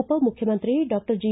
ಉಪಮುಖ್ಯಮಂತ್ರಿ doctor G